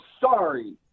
sorry